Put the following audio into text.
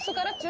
thought it